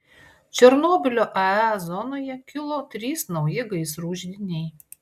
černobylio ae zonoje kilo trys nauji gaisrų židiniai